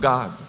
God